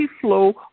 flow